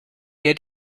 der